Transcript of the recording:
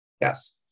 Yes